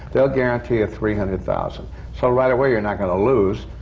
they'll guarantee a three hundred thousand. so right away, you're not going to lose.